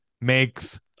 makes